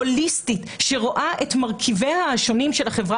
הוליסטית שרואה את מרכיביה השונים של החברה